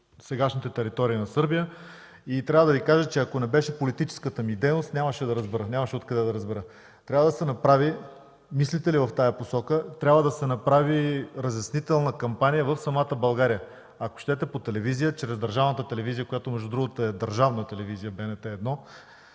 трябва да се направи разяснителна кампания в самата България, ако щете – по телевизия, чрез държавната телевизия, която между другото е държавна телевизия – БНТ 1,